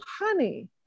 honey